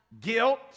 guilt